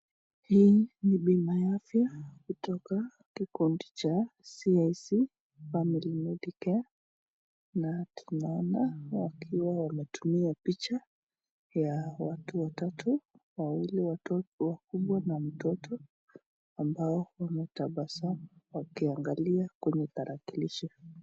Hii ni bima ya afya kutoka kikundi cha cic family medisure na tunaona wakiwa wametumia picha ya watu watatu, wawili wakubwa na mtoto ambao wametabasamu wakiangalia kwenye tarakilishi.